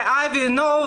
אבי נוב,